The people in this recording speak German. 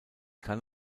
kann